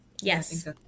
Yes